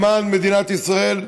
למען מדינת ישראל,